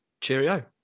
cheerio